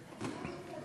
אנתי בזבט תלת